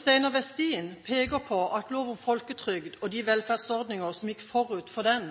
Steinar Westin peker på at lov om folketrygd og de velferdsordninger som gikk forut for den,